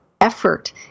effort